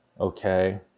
Okay